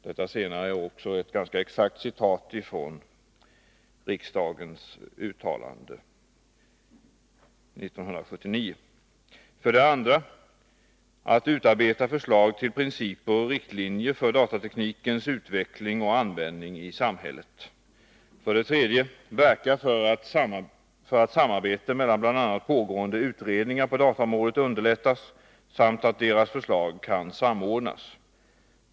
Detta senare är ett ganska exakt citat från riksdagens uttalande 1979. 2. utarbeta förslag till principer och riktlinjer för datateknikens utveckling och användning i samhället. 3. verka för att samarbete mellan bl.a. pågående utredningar på dataområdet underlättas samt att deras förslag kan samordnas.